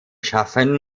schaffen